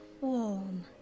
warm